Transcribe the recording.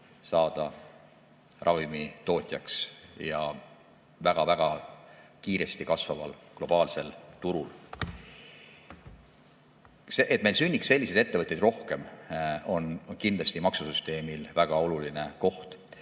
saada ravimitootjaks, ja seda väga kiiresti kasvaval globaalsel turul.Et meil sünniks selliseid ettevõtteid rohkem, on kindlasti maksusüsteemil väga oluline koht.